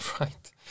Right